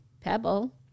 pebble